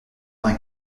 vingt